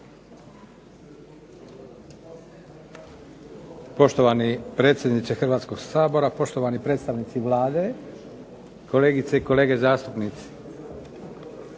Poštovani predsjedniče Hrvatskog sabora, poštovani predstavnici Vlade, kolegice i kolege zastupnici.